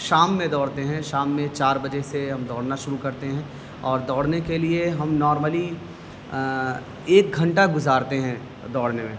شام میں دوڑتے ہیں شام میں چار بجے سے ہم دوڑنا شروع کرتے ہیں اور دوڑنے کے لیے ہم نارملی ایک گھنٹہ گزارتے ہیں دوڑنے میں